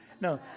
no